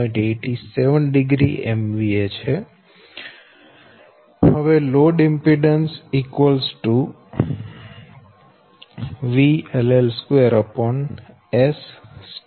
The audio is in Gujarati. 870 MVA હવે લોડ ઈમ્પીડેન્સ ZL2SL3ɸ10